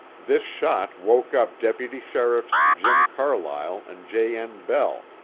this shot woke up deputy sheriffs jim carlyle and j. n. bell,